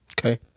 Okay